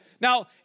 Now